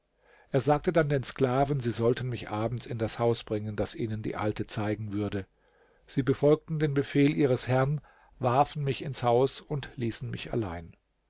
er sagte dann den sklaven sie sollten mich abends in das haus bringen das ihnen die alte zeigen würde sie befolgten den befehl ihres herrn warfen mich ins haus und ließen mich allein